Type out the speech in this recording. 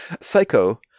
Psycho